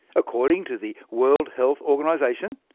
according to the world health organisation,